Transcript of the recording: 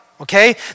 Okay